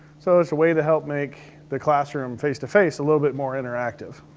so it's a way to help make the classroom face-to-face a little bit more interactive,